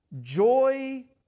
Joy